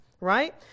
right